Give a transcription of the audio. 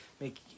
make